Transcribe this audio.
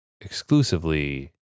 exclusively